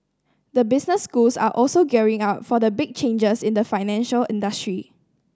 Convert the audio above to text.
the business schools are also gearing up for the big changes in the financial industry